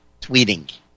tweeting